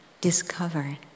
Discover